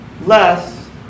less